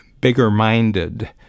bigger-minded